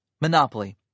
Monopoly